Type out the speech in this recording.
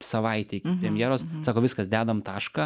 savaitei iki premjeros sako viskas dedam tašką